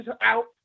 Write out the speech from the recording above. out